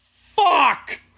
Fuck